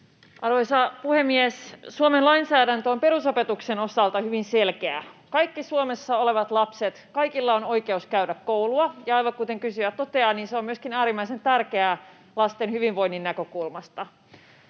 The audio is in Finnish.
Arvoisa puhemies! Suomen lainsäädäntö on perusopetuksen osalta hyvin selkeä. Kaikilla Suomessa olevilla lapsilla on oikeus käydä koulua, ja aivan kuten kysyjä toteaa, se on myöskin äärimmäisen tärkeää lasten hyvinvoinnin näkökulmasta.